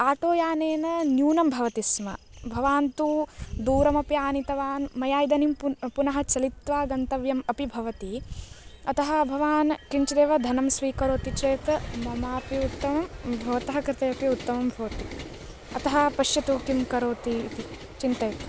auto यानेन न्यूनं भवति स्म भवान् तु दूरमपि आनीतवान् मया इदानीं पु पुनः चलित्वा गन्तव्यम् अपि भवति अतः भवान् किंचिदेव धनं स्वीकरोति चेत् ममापि उत्तमम् भवतः कृते अपि उत्तमम् भवति अतः पश्यतु किं करोति इति चिन्तयतु